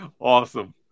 Awesome